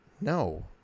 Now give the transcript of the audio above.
No